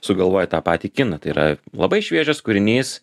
sugalvojai tą patį kiną tai yra labai šviežias kūrinys